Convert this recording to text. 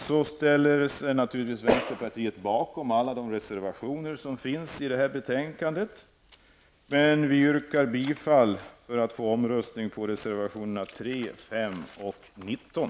Vänsterpartiet står naturligtvis bakom alla sina reservationer i betänkandet, men jag yrkar bifall till reservationerna 3, 5 och 19.